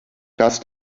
kas